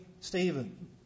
Stephen